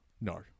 No